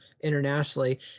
internationally